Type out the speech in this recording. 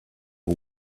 who